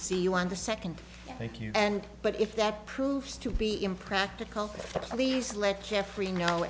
see you on the second thank you and but if that proves to be impractical please let jeffrey know